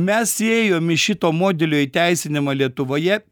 mes ėjom į šito modelio įteisinimą lietuvoje